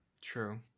true